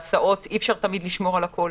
אי-אפשר תמיד לשמור על הכול.